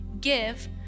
give